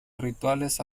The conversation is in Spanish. rituales